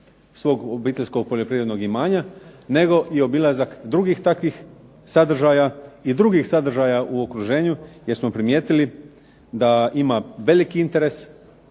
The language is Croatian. svog obiteljskog poljoprivrednog imanja, nego i obilazak i drugih takvih sadržaja i drugih sadržaja u okruženju. Jer smo primijetili da ima veliki interes